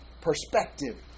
perspective